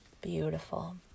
Beautiful